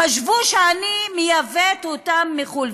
חשבו שאני מייבאת אותם מחו"ל.